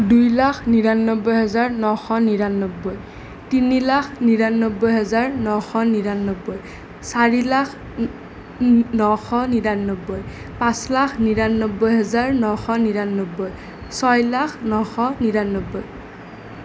দুই লাখ নিৰান্নব্বৈ হাজাৰ নশ নিৰান্নব্বৈ তিনি লাখ নিৰান্নব্বৈ হাজাৰ নশ নিৰান্নব্বৈ চাৰি লাখ নশ নিৰান্নব্বৈ পাঁচ লাখ নিৰান্নব্বৈ হাজাৰ নশ নিৰান্নব্বৈ ছয় লাখ নশ নিৰান্নব্বৈ